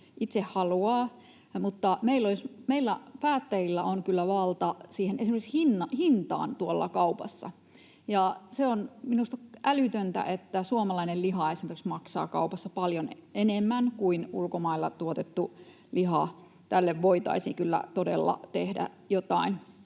itse haluaa, mutta meillä päättäjillä on kyllä valtaa esimerkiksi hintaan tuolla kaupassa. Esimerkiksi se on minusta älytöntä, että suomalainen liha maksaa kaupassa paljon enemmän kuin ulkomailla tuotettu liha. Tälle voitaisiin kyllä todella tehdä jotain.